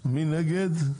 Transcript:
מי נגד?